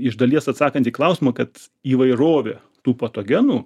iš dalies atsakant į klausimą kad įvairovė tų patogenų